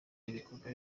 ibikorwa